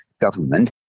government